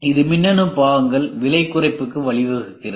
இது மின்னணு பாகங்களில் விலை குறைப்புக்கு வழிவகுக்கிறது